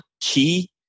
key